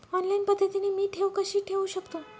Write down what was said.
Online पद्धतीने मी ठेव कशी ठेवू शकतो?